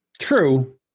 true